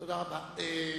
תודה רבה.